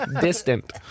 distant